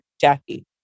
Jackie